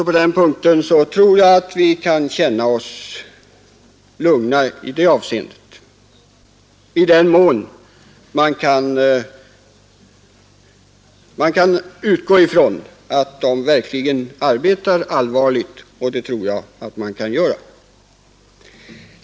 På den punkten tror jag alltså att vi kan känna oss lugna, i den mån vi kan utgå från att dessa personer arbetar allvarligt — och det tror jag att vi kan göra.